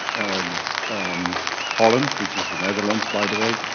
and holland which is the netherlands by the way.